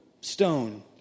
stone